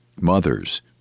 mothers